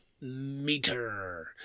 Meter